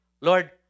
Lord